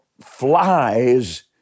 flies